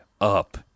up